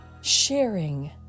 sharing